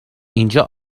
اینجا